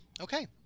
Okay